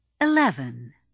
Eleven